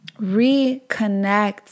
Reconnect